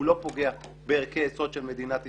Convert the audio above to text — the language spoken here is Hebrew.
כך שהוא לא יפגע בערכי היסוד של מדינת ישראל,